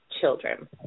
children